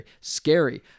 scary